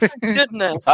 goodness